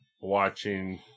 watching